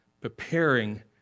preparing